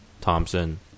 Thompson